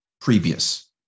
previous